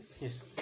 Yes